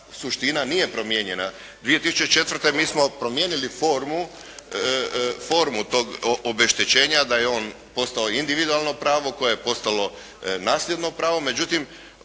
suština nije promijenjena. 2004. mi smo promijenili formu tog obeštećenja da je on postao individualno pravo koje je postalo nasljedno pravo, međutim